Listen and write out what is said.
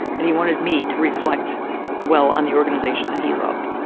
and he wanted me to reflect well on the organization that he loved.